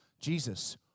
Jesus